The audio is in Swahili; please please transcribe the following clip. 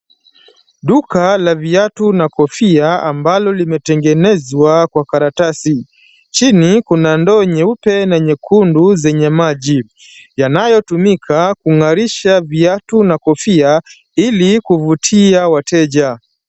Duka la viatu na kofia ambalo limetengenezwa kwa karatasi. Chini kuna ndoo nyeupe na nyekundu zenye maji yanayotumika kung'arisha viatu na kofia ili kuvutia wateja.